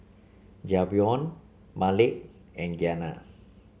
Javion Malik and Giana